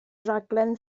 raglen